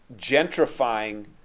gentrifying